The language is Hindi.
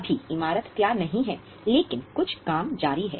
अभी इमारत तैयार नहीं है लेकिन कुछ काम जारी है